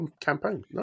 campaign